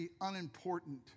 unimportant